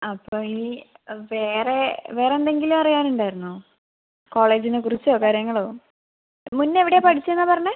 അപ്പോൾ ഈ വേറെ വേറെന്തെങ്കിലും അറിയാനുണ്ടായിരുന്നോ കോളേജിനെക്കുറിച്ചോ കാര്യങ്ങളോ മുന്നെ എവിടെയാണ് പഠിച്ചേന്നാ പറഞ്ഞത്